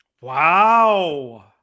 Wow